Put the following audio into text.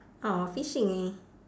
!aww! fishing